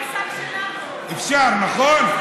אפשר, נכון?